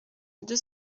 deux